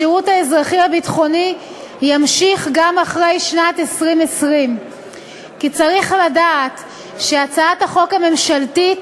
השירות האזרחי-הביטחוני יימשך גם אחרי שנת 2020. כי צריך לדעת שחלק מהסעיפים של הצעת החוק הממשלתית